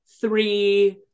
three